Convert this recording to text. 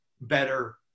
better